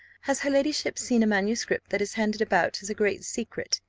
has her ladyship seen a manuscript that is handed about as a great secret,